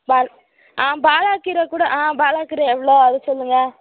ப ஆ பாலாக் கீர கூட ஆ பாலாக் கீரை எவ்வளோ அதை சொல்லுங்க